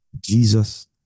Jesus